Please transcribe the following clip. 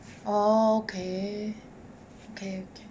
oh okay okay okay